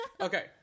okay